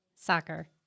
Soccer